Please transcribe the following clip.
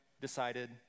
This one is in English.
decided